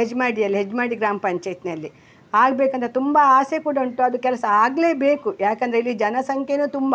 ಹೆಜ್ಮಾಡಿಯಲ್ಲಿ ಹೆಜ್ಮಾಡಿ ಗ್ರಾಮ ಪಂಚಾಯ್ತಿನಲ್ಲಿ ಆಗಬೇಕಂತ ತುಂಬ ಆಸೆ ಕೂಡ ಉಂಟು ಅದು ಕೆಲಸ ಆಗಲೇ ಬೇಕು ಯಾಕೆಂದ್ರೆ ಇಲ್ಲಿ ಜನಸಂಖ್ಯೆನು ತುಂಬ